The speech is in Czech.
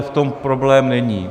V tom problém není.